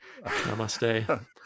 namaste